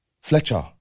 Fletcher